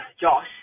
Josh